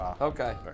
Okay